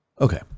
Okay